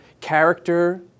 character